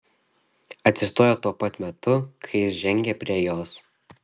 atsistojo tuo pat metu kai jis žengė prie jos